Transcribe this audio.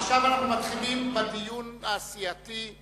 עכשיו אנחנו מתחילים בדיון הסיעתי,